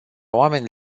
oameni